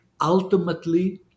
ultimately